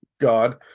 God